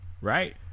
right